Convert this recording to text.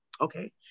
okay